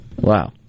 Wow